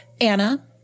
Anna